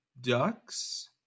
Ducks